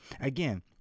Again